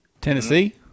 Tennessee